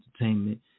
Entertainment